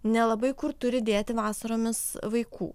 nelabai kur turi dėti vasaromis vaikų